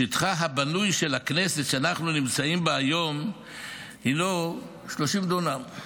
שטחה הבנוי של הכנסת שאנחנו נמצאים בה הינו 30 דונם,